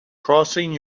crossing